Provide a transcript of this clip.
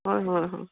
হয় হয় হয়